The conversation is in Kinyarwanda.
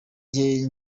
jye